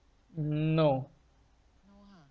n~ no